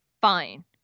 fine